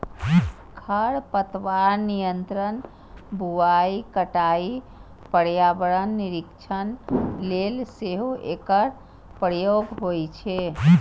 खरपतवार नियंत्रण, बुआइ, कटाइ, पर्यावरण निरीक्षण लेल सेहो एकर प्रयोग होइ छै